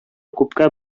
күпкә